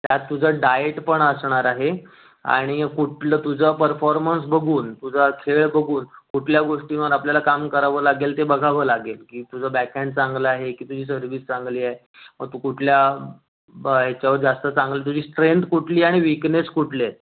त्यात तुझं डायट पण असणार आहे आणि कुठलं तुझं परफॉर्मन्स बघून तुझा खेळ बघून कुठल्या गोष्टीवर आपल्याला काम करावं लागेल ते बघावं लागेल की तुझं बॅक हॅन्ड चांगलं आहे की तुझी सर्विस चांगली आहे मग तू कुठल्या ब ह्याच्यावर जास्त चांगली तुझी स्ट्रेंथ कुठली आणि विकनेस कुठले आहेत